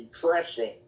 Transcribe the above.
depressing